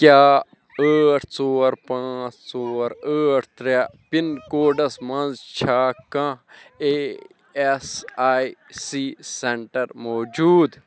کیٛاہ ٲٹھ ژور پانٛژھ ژور ٲٹھ ترٛےٚ پِن کوڈس مَنٛز چھےٚ کانٛہہ E S I C centre موجوٗد